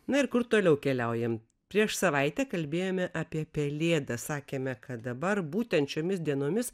na ir kur toliau keliaujam prieš savaitę kalbėjome apie pelėdą sakėme kad dabar būtent šiomis dienomis